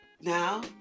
Now